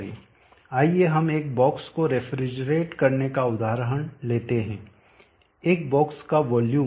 आइए हम एक बॉक्स को रेफ्रिजरेट करने का उदाहरण लेते हैं एक बॉक्स का वॉल्यूम